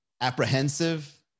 apprehensive